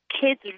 kids